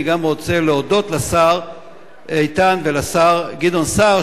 אני גם רוצה להודות לשר איתן ולשר גדעון סער,